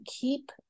keep